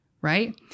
right